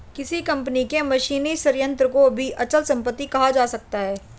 किसी कंपनी के मशीनी संयंत्र को भी अचल संपत्ति कहा जा सकता है